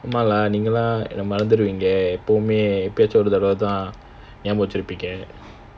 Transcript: இனிமே தான் எங்களை மறந்துடுவீங்க எப்பயாச்சும் பேச வரச்சுலதான் ஞாபகம் வச்சிப்பீங்க:inimae thaan engala maranthuduveenga eppaayaachum pesa varachulathaan nyabagam vachippeenga